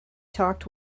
talked